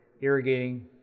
irrigating